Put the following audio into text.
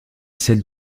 celle